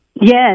Yes